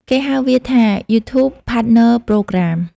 គេហៅវាថា YouTube Partner Program។